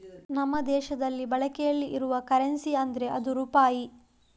ನಮ್ಮ ದೇಶದಲ್ಲಿ ಬಳಕೆಯಲ್ಲಿ ಇರುವ ಕರೆನ್ಸಿ ಅಂದ್ರೆ ಅದು ರೂಪಾಯಿ